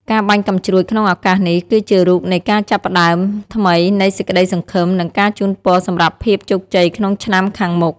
ការបាញ់កាំជ្រួចក្នុងឱកាសនេះ គឺជារូបនៃការចាប់ផ្ដើមថ្មីនៃសេចក្តីសង្ឃឹម និងការជូនពរសម្រាប់ភាពជោគជ័យក្នុងឆ្នាំខាងមុខ។